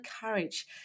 courage